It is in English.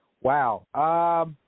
Wow